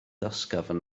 ysgafn